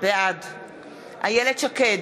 בעד איילת שקד,